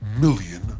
million